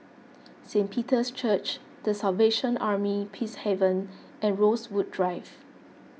Saint Peter's Church the Salvation Army Peacehaven and Rosewood Drive